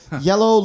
Yellow